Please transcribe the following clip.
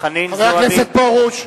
חבר הכנסת פרוש.